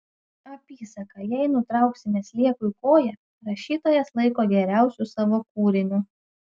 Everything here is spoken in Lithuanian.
apysaką jei nutrauksime sliekui koją rašytojas laiko geriausiu savo kūriniu